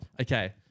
okay